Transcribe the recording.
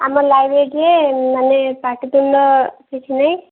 ଆମ ଲାଇବେରୀରେ ମାନେ ପାଟିତୁଣ୍ଡ କିଛି ନାଇଁ